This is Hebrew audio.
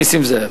נסים זאב.